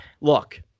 Look